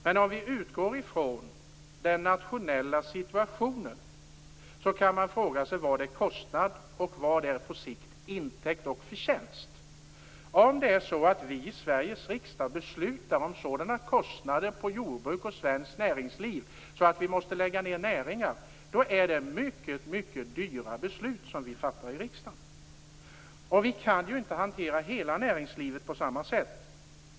Men om vi utgår från den nationella situationen kan man fråga sig vad som är kostnad och vad som på sikt är intäkt och förtjänst. Om vi i Sveriges riksdag beslutar om sådana kostnader på jordbruk och svenskt näringsliv att vi måste lägga ned näringar är det mycket dyra beslut vi fattar i riksdagen. Vi kan ju inte hantera hela näringslivet på samma sätt.